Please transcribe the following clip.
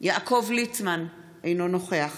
יעקב ליצמן, אינו נוכח